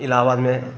इलाहाबाद में